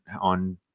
on